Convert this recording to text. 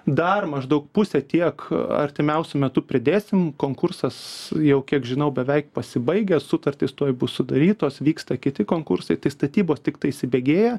dar maždaug pusę tiek artimiausiu metu pridėsim konkursas jau kiek žinau beveik pasibaigęs sutartys tuoj bus sudarytos vyksta kiti konkursai tai statybos tiktai įsibėgėja